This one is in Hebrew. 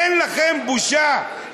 אין לכם בושה?